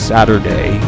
Saturday